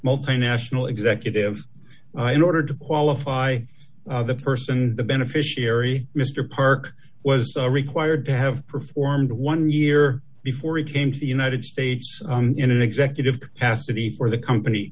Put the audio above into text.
multinational executive in order to qualify the person the beneficiary mr park was required to have performed one year before he came to the united states in an executive capacity for the company